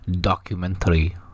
documentary